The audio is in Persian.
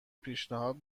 پیشنهاد